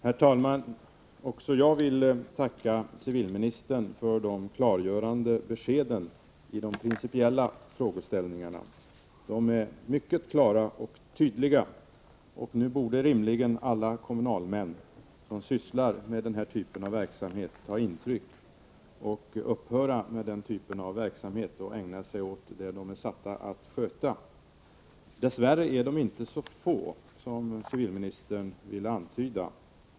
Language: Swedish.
Herr talman! Också jag vill tacka civilministern för de klargörande beskeden i de principiella frågeställningarna. De är mycket klara och tydliga. Nu borde rimligen alla kommunalmän som sysslar med den här typen av verksamhet ta intryck, upphöra med detta och ägna sig åt det de är satta att sköta. Dess värre är de inte så få som civilministern vill antyda.